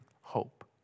hope